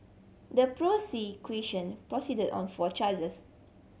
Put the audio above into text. the prosecution proceeded on four charges